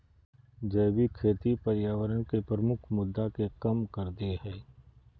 जैविक खेती पर्यावरण के प्रमुख मुद्दा के कम कर देय हइ